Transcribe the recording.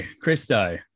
Christo